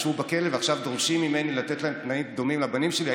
ישבו בכלא ועכשיו דורשים ממני לתת להם תנאים דומים לבנים שלי,